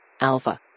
Alpha